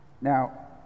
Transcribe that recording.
Now